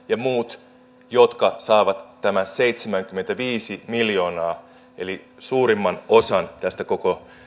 ja muut jotka saavat nämä seitsemänkymmentäviisi miljoonaa eli suurimman osan tästä koko